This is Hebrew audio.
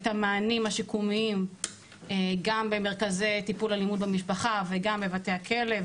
את המענים השיקומיים גם במרכזי הטיפול לאלימות במשפחה וגם בבתי הכלא,